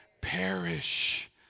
Perish